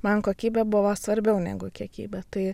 man kokybė buvo svarbiau negu kiekybė tai